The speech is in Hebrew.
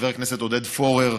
חבר הכנסת עודד פורר,